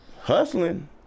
hustling